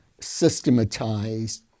systematized